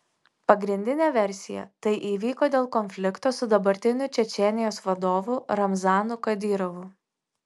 pagrindinė versija tai įvyko dėl konflikto su dabartiniu čečėnijos vadovu ramzanu kadyrovu